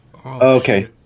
Okay